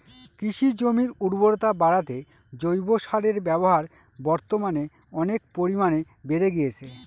কৃষিজমির উর্বরতা বাড়াতে জৈব সারের ব্যবহার বর্তমানে অনেক পরিমানে বেড়ে গিয়েছে